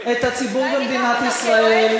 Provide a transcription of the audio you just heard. את הציבור במדינת ישראל.